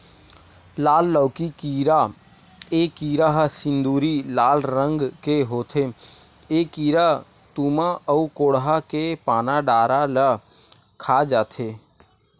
लाल लौकी कीरा ए कीरा ह सिंदूरी लाल रंग के होथे ए कीरा तुमा अउ कोड़हा के पाना डारा ल खा जथे